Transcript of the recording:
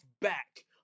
back